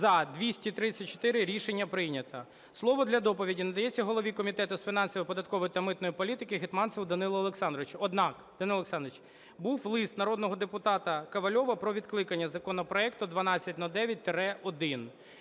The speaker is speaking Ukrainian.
За-234 Рішення прийнято. Слово для доповіді надається голові Комітету з фінансової, податкової та митної політики Гетманцеву Данилу Олександровичу. Однак, Данило Олександрович, був лист народного депутата Ковальова про відкликання законопроекту 1209-1.